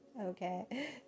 Okay